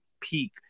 peak